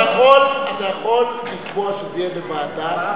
אתה יכול לקבוע שזה יהיה בוועדה.